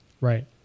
Right